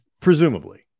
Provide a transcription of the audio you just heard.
Presumably